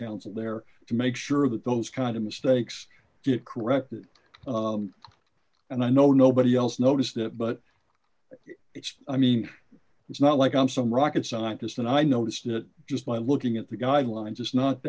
counsel there to make sure that those kind of mistakes get corrected and i know nobody else noticed that but it's i mean it's not like i'm some rocket scientist and i noticed that just by looking at the guidelines it's not